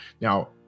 now